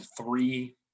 three